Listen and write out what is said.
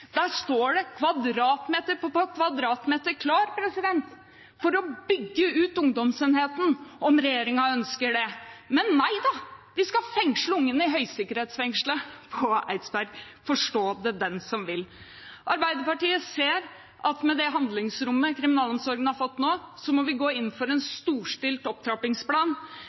Der står det kvadratmeter på kvadratmeter klare for å bygge ut ungdomsenheten, om regjeringen ønsker det. Men nei da, man skal fengsle ungdommene i høysikkerhetsfengselet på Eidsberg. Forstå det den som vil. Arbeiderpartiet ser at med det handlingsrommet kriminalomsorgen nå har fått, må vi gå inn for en storstilt opptrappingsplan.